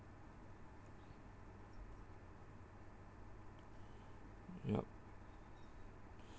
yup